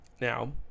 now